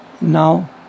Now